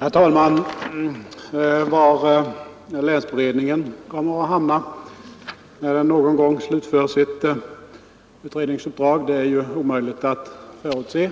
Herr talman! Var länsberedningen kommer att hamna när den någon gång slutför sitt utredningsuppdrag är ju omöjligt att förutse.